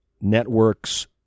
networks